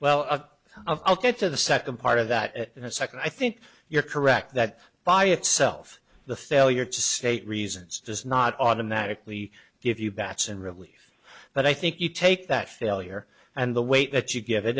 of i'll get to the second part of that in a second i think you're correct that by itself the failure to state reasons does not automatically give you batson really but i think you take that failure and the weight that you give it